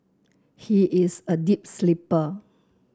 he is a deep sleeper